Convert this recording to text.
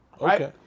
Okay